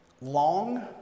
long